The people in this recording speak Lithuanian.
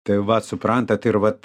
tai vat suprantat ir vat